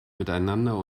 miteinander